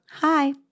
Hi